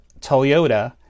Toyota